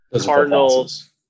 Cardinals